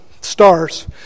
Stars